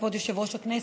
כבוד יושב-ראש הכנסת,